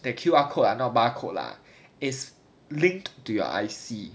the Q_R code ah not bar code lah is linked to your I_C